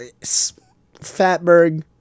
fatberg